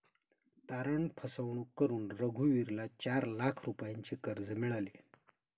तारण फसवणूक करून रघुवीरला चार लाख रुपयांचे कर्ज मिळाले